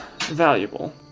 Valuable